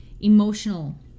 emotional